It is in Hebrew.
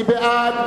מי בעד?